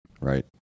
right